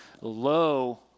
low